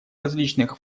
различных